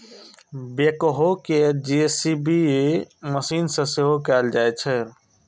backhoe कें JCB machine सेहो कहल जाइ छै